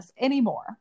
anymore